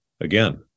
again